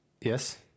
Yes